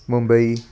Mumbai